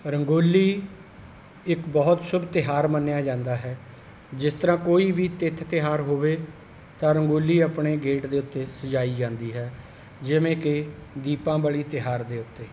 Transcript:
ਰੰਗੋਲੀ ਇੱਕ ਬਹੁਤ ਸ਼ੁਭ ਤਿਉਹਾਰ ਮੰਨਿਆਂ ਜਾਂਦਾ ਹੈ ਜਿਸ ਤਰ੍ਹਾ ਕੋਈ ਵੀ ਤਿੱਥ ਤਿਉਹਾਰ ਹੋਵੇ ਤਾਂ ਰੰਗੋਲੀ ਆਪਣੇ ਗੇਟ ਦੇ ਉੱਤੇ ਸਜਾਈ ਜਾਂਦੀ ਹੈ ਜਿਵੇਂ ਕਿ ਦੀਪਾਵਲੀ ਤਿਉਹਾਰ ਦੇ ਉੱਤੇ